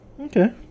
Okay